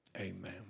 Amen